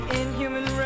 inhuman